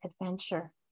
adventure